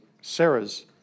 Sarah's